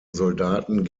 soldaten